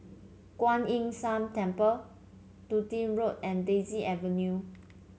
Kuan Yin San Temple Dundee Road and Daisy Avenue